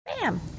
bam